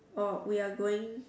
or we are going